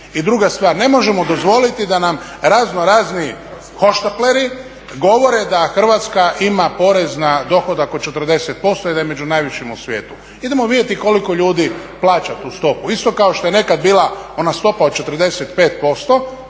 I druga stvar. Ne možemo dozvoliti da nam razno razni hohštapleri govore da Hrvatska ima porez na dohodak od 40% i da je među najvišima u svijetu. Idemo vidjeti koliko ljudi plaća tu stopu. Isto kao što je nekad bila ona stopa od 45%